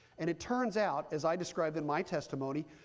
and it turns out, as i described in my testimony,